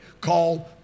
called